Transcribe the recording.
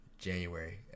January